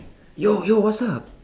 yo yo what's up